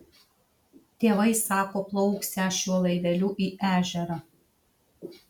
tėvai sako plauksią šiuo laiveliu į ežerą